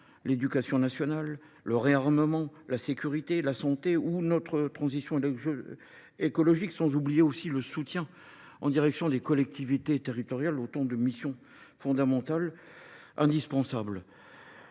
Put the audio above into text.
l'éducation nationale, le réarmement, la sécurité, la santé ou notre transition écologique, sans oublier aussi le soutien en direction des collectivités territoriales au temps de missions fondamentales indispensables.